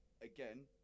again